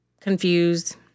confused